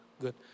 Good